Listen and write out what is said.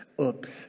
oops